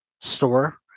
store